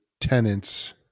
tenants